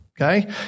Okay